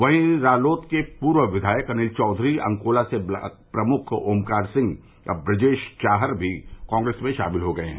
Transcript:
वहीं रालोद के पूर्व विधायक अनिल चौधरी अंकोला से ब्लाक प्रमुख ओमकार सिंह और ब्रजेश चाहर भी कांग्रेस में शॉमिल हो गये हैं